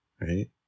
right